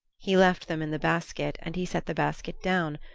he left them in the basket and he set the basket down,